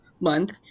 month